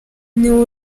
niwe